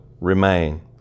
remain